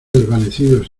desvanecidos